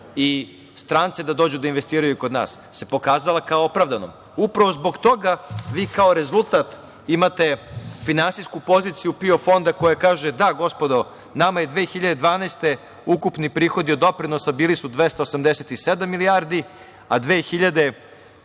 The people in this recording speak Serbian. i strance da dođu da investiraju kod nas, se pokazala kao opravdana i upravo zbog toga vi kao rezultat imate finansijsku poziciju PIO fonda koja kaže – da, gospodo, nama su 2012. godine ukupni prihodi od doprinosa bili 287 milijardi, a 2019.